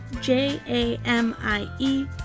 j-a-m-i-e